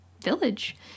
village